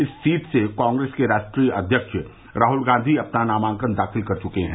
इस सीट से कांग्रेस के राष्ट्रीय अध्यक्ष राहुल गांधी अपना नामांकन दाखिल कर चुके हैं